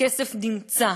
הכסף נמצא.